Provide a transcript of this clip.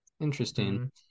Interesting